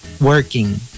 working